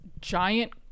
giant